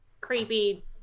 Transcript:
creepy